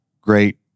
great